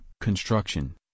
construction